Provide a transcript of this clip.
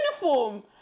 uniform